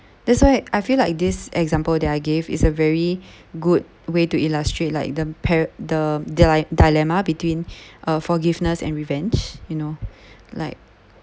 that's why I feel like this example they are give is a very good way to illustrate like the pair the dile~ dilemma between uh forgiveness and revenge you know like